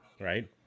right